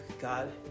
God